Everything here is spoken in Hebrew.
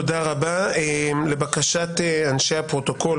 בדוקטרינת השימוש לרעה בסמכות המכוננת אנחנו מדברים על משהו אחר.